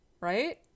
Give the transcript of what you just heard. right